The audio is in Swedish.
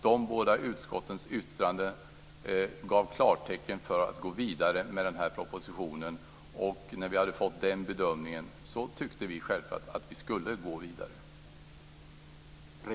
De båda utskottens yttranden gav klartecken för att gå vidare med propositionen. När vi hade fått den bedömningen tyckte vi självklart att vi skulle gå vidare.